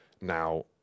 now